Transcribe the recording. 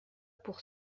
pour